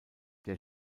der